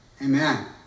Amen